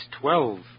twelve